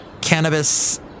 Cannabis